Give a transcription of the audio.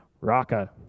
raka